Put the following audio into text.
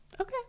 Okay